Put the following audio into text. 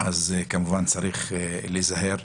אז כמובן צריך להיזהר.